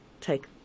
take